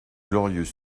glorieux